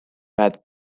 bad